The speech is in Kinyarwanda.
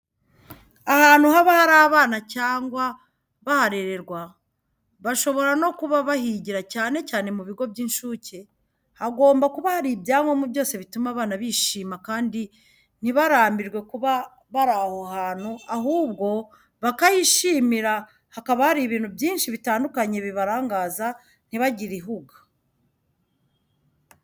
Ahantu haba hari abana cyangwa baharererwa bashobora no kuba bahigira cyane cyane mu bigo by'incuke, hagomba kuba hari ibyangombwa byose bituma abana bishima kandi ntibarambirwe kuba bari aho hantu ahubwo bakahishimira hakaba hari ibintu byinshi bitandukanye bibarangaza ntibagire ihuga.